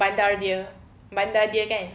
bandar dia bandar dia kan